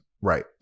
Right